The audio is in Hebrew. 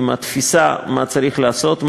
עם התפיסה מה צריך לעשות.